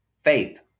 faith